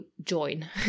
join